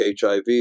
HIV